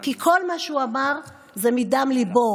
כי כל מה שהוא אמר זה מדם לבו.